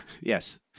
Yes